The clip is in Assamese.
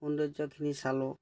সৌন্দৰ্যখিনি চালোঁ